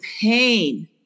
pain